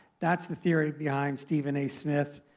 that's the theory behind stephen a. smith,